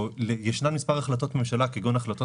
ישנן מספר החלטות ממשלה כגון החלטות